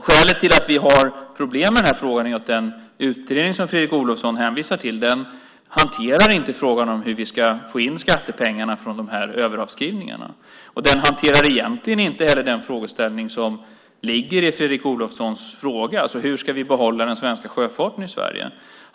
Skälet till att vi har problem med denna fråga är att den utredning som Fredrik Olovsson hänvisar till inte hanterar frågan om hur vi ska få in skattepengarna från dessa överavskrivningar. Den hanterar egentligen inte heller den frågeställning som ligger i Fredrik Olovssons fråga: Hur ska vi behålla den svenska sjöfarten i Sverige?